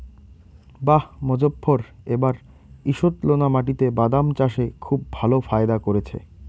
বাঃ মোজফ্ফর এবার ঈষৎলোনা মাটিতে বাদাম চাষে খুব ভালো ফায়দা করেছে